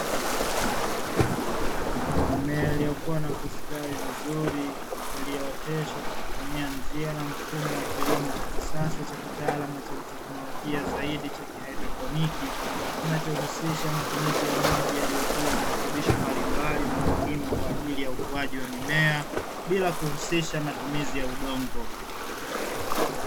Mimea iliyokuwa na kustawi vizuri iliyooteshwa kwa kutumia njia na mfumo wa kilimo cha kisasa cha kitaalamu nachoki teknolojia zaidi cha haidroponi, kinachohusisha matumizi ya maji yaliyotiwa virutubisho mbalimbali na muhimu kwa ajili ya ukuaji wa mimea bila kuhusisha matumizi ya udongo.